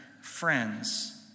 friends